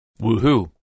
Woohoo